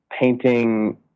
painting